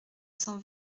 cent